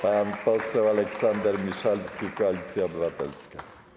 Pan poseł Aleksander Miszalski, Koalicja Obywatelska.